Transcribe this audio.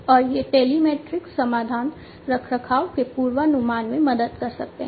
और ये टेलीमैटिक्स समाधान रखरखाव के पूर्वानुमान में मदद कर सकते हैं